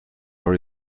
for